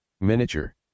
miniature